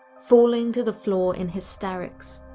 falling to the floor in hysterics.